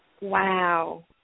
Wow